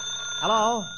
Hello